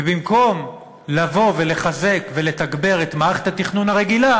ובמקום לבוא ולחזק ולתגבר את מערכת התכנון הרגילה,